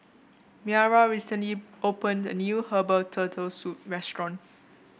Maira recently opened a new Herbal Turtle Soup restaurant